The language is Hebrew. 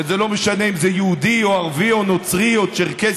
וזה לא משנה אם זה יהודי או ערבי או נוצרי או צ'רקסי,